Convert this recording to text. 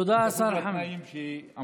תודה, השר חמד.